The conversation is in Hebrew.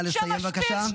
נא לסיים, בבקשה.